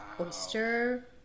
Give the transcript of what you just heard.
oyster